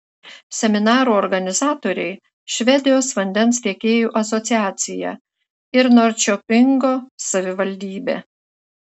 seminarų organizatoriai švedijos vandens tiekėjų asociacija ir norčiopingo savivaldybė